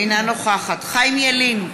אינה נוכחת חיים ילין,